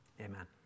amen